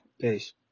Peace